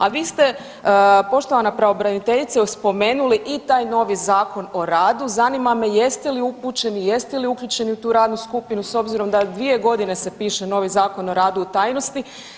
A vi ste poštovana pravobraniteljice spomenuli i taj novi Zakon o radu, zanima me jeste li upućeni, jeste li uključeni u tu radnu skupinu s obzirom da 2 godine se piše novi Zakon o radu u tajnosti.